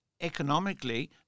economically